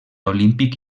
olímpic